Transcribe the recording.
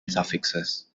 suffixes